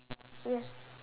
yes